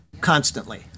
constantly